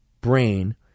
brain